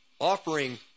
offering